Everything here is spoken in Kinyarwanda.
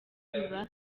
biba